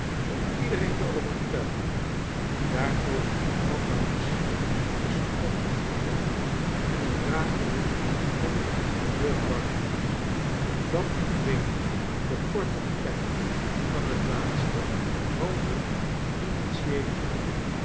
om iedereen te overtuigen die daarvoor nog vatbaar was spottend gelach en hoerageroep van de inferieure barnacles dat nog binnen den korten tijd van hot laatste halve finantieele jaar